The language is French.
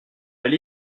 allé